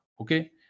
okay